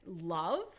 love